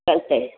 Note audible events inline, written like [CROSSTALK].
[UNINTELLIGIBLE]